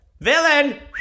Villain